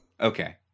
Okay